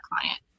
client